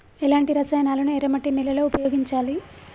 ఎలాంటి రసాయనాలను ఎర్ర మట్టి నేల లో ఉపయోగించాలి?